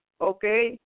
okay